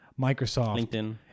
Microsoft